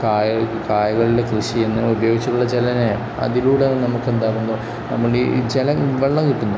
കായൽ കായലുകളുടെ കൃഷി എന്നിവ ഉപയോഗിച്ചുള്ള ജലനെ അതിലൂടെ നമുക്കെന്താകുന്നു നമ്മുടെ ഈ ജലം വെള്ളം കിട്ടുന്നു